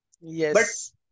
Yes